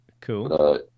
Cool